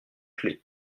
clef